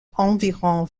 environ